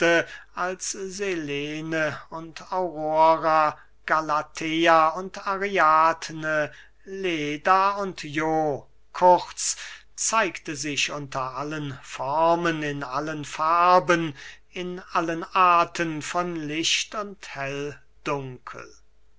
als selene und aurora galatea und ariadne leda und io kurz zeigte sich unter allen formen in allen farben in allen arten von licht und